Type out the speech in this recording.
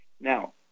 Now